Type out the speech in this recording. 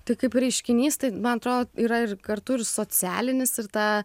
tai kaip reiškinys tai man atrodo yra ir kartu ir socialinis ir tą